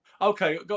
Okay